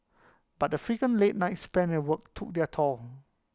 but the frequent late nights spent at work took their toll